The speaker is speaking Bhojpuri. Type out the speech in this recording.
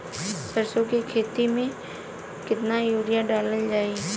सरसों के खेती में केतना यूरिया डालल जाई?